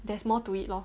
there's more to it loh